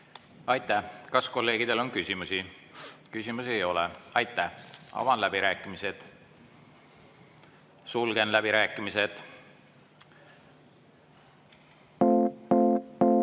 Aitäh! Kas kolleegidel on küsimusi? Küsimusi ei ole. Avan läbirääkimised. Sulgen läbirääkimised. Kas